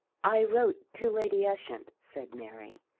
i wrote to lady ushant, said mary.